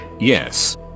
Yes